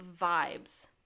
Vibes